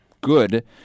good